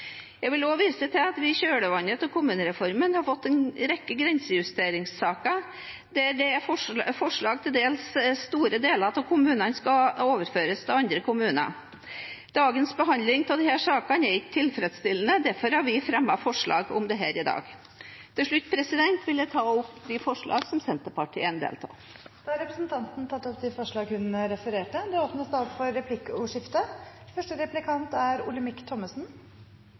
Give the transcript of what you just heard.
Jeg vil også vise til at vi i kjølvannet av kommunereformen har fått en rekke grensejusteringssaker hvor det er forslag om at til dels store deler av en kommune skal overføres til en annen kommune. Dagens behandling av disse sakene er ikke tilfredsstillende. Derfor fremmer vi forslag om dette i dag. Jeg tar til slutt opp de forslag som Senterpartiet er en del av. Representanten Heidi Greni har tatt opp de forslagene hun refererte til. Det blir replikkordskifte. Høyre mener det er